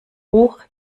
hoch